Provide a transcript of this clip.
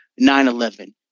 9-11